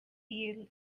eel